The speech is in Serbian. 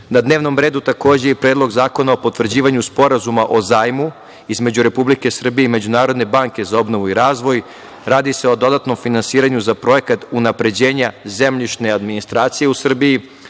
dnevnom redu takođe i Predlog zakona o potvrđivanju sporazuma o zajmu između Republike Srbije i Međunarodne banke za obnovu i razvoj. Radi se o dodatnom finansiranju za projekat unapređenja zemljišne administracije u Srbiji,